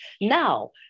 Now